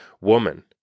woman